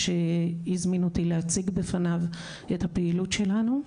כשהזמין אותי להציג בפניו את הפעילות שלנו,